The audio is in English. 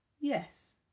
Yes